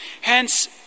Hence